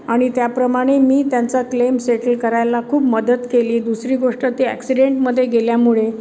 आणि त्याप्रमाणे मी त्यांचा क्लेम सेटल करायला खूप मदत केली दुसरी गोष्ट ती ॲक्सिडेंटमध्ये गेल्यामुळे